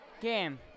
game